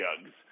jugs